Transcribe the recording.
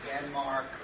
Denmark